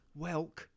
welk